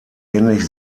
ähnlich